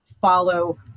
follow